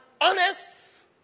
honest